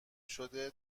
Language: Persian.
شده